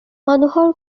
মানুহৰ